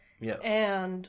Yes